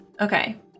Okay